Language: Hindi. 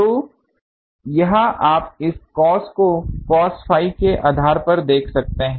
तो यह आप इस cos को cos phi के आधार पर देख सकते हैं